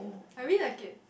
I really like it